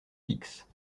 fixe